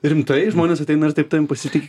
rimtai žmonės ateina ir taip tavim pasitiki